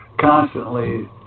constantly